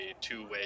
two-way